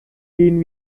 gehen